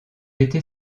été